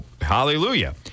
hallelujah